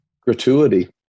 gratuity